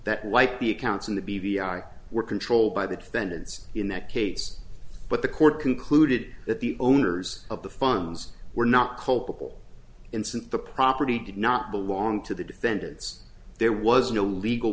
that like the accounts in the b v i were controlled by the defendants in that case but the court concluded that the owners of the funds were not culpable in since the property did not belong to the defendants there was no legal